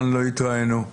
שלום לכולם,